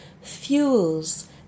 fuels